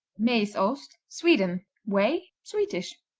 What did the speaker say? mesost sweden whey sweetish.